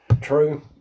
True